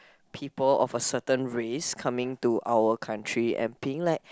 people of a certain race coming to our country and being like